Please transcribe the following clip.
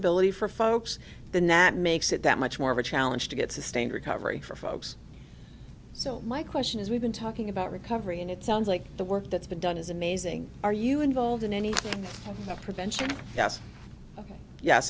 ability for folks the not makes it that much more of a challenge to get sustained recovery for folks so my question is we've been talking about recovery and it sounds like the work that's been done is amazing are you involved in any of prevention yes yes